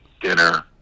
dinner